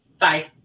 Bye